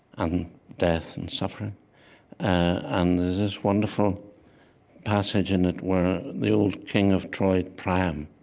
um death and suffering and there's this wonderful passage in it where the old king of troy, priam,